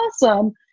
awesome